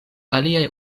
aliaj